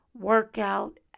workout